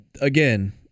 again